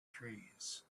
trees